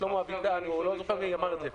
שלמה אביטן, או לא זוכר מי אמר את זה.